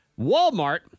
Walmart